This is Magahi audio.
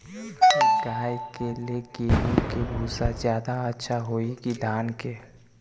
गाय के ले गेंहू के भूसा ज्यादा अच्छा होई की धान के?